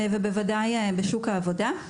בוודאי בשוק העבודה.